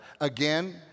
again